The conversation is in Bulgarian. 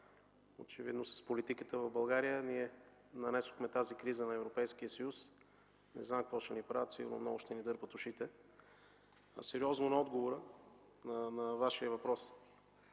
Очевидно с политиката в България нанесохме тази криза на Европейския съюз. Не знам какво ще ни правят, сигурно много ще ни дърпат ушите. Сериозно на отговора на Вашия въпрос.